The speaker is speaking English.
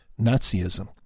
Nazism